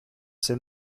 ses